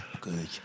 Good